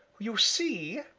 you see,